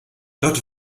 dort